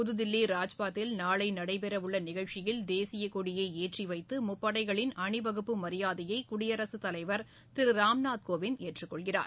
புதுதில்லி ராஜ்பாத்தில் நாளை நடைபெறவுள்ள நிகழ்ச்சியில் தேசியக் கொடியை ஏற்றிவைத்து முப்படைகளின் அணிவகுப்பு மரியாதையை குடியரசுத் தலைவர் திரு ராம்நாத் கோவிந்த் ஏற்றுக் கொள்கிறார்